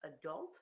adult